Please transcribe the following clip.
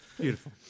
Beautiful